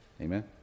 Amen